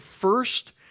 first